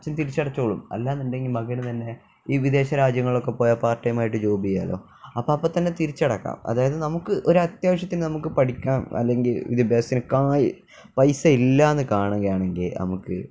അച്ഛന് തിരിച്ചടച്ചോളും അല്ലാന്നുണ്ടെങ്കില് മകനു തന്നെ ഈ വിദേശ രാജ്യങ്ങളിലൊക്കെ പോയാല് പാർട്ട് ടൈമായിട്ട് ജോബ് ചെയ്യാമല്ലോ അപ്പോള് അപ്പോള്ത്തന്നെ തിരിച്ചടയ്ക്കാം അതായത് നമുക്ക് ഒരു അത്യാവശ്യത്തിനു നമുക്കു പഠിക്കാം അല്ലെങ്കില് വിദ്യാഭ്യാസത്തിന് കായ് പൈസ ഇല്ല എന്നു കാണുകയാണെങ്കില് നമുക്ക്